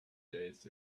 days